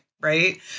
right